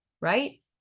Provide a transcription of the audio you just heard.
right